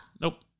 Nope